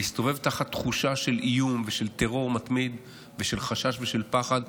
להסתובב בתחושה של איום ושל טרור מתמיד ושל חשש ושל פחד,